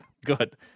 Good